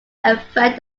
affect